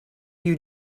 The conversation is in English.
you